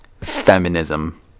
feminism